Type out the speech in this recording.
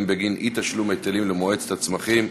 בגין אי-תשלום היטלים למועצת הצמחים,